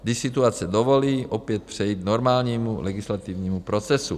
Když situace dovolí, opět přejít k normálnímu legislativnímu procesu.